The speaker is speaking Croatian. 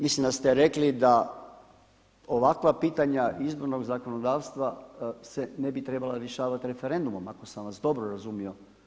Mislim da ste rekli da ovakva pitanja izbornog zakonodavstva se ne bi trebala rješavati referendumom, ako sam vas dobro razumio.